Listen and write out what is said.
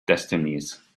destinies